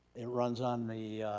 it runs on the,